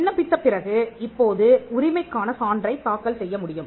விண்ணப்பித்த பிறகு இப்போது உரிமைக்கான சான்றைத் தாக்கல் செய்ய முடியும்